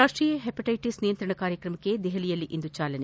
ರಾಷ್ಪೀಯ hepatitis ನಿಯಂತ್ರಣ ಕಾರ್ಯಕ್ರಮಕ್ಕೆ ದೆಹಲಿಯಲ್ಲಿಂದು ಚಾಲನೆ